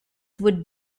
wood